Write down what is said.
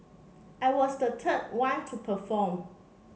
I was the third one to perform